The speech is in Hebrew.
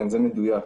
זה מדויק.